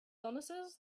illnesses